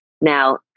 Now